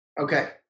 Okay